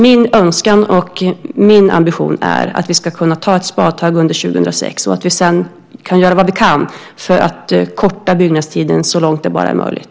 Min önskan och min ambition är att vi ska kunna ta ett spadtag under 2006 och att vi sedan ska göra vad vi kan för att korta byggnadstiden så långt det bara är möjligt.